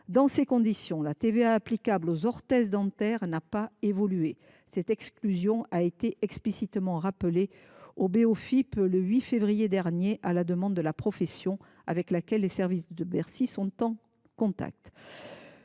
Dans ces conditions, la TVA applicable aux orthèses dentaires n’a pas évolué : son exclusion a été explicitement rappelée au Bofip le 8 février dernier, à la demande de la profession en lien avec les services de Bercy. Notre cadre